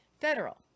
Federal